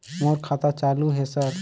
मोर खाता चालु हे सर?